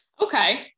Okay